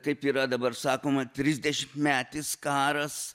kaip yra dabar sakoma trisdešimtmetis karas